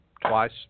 twice